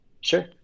Sure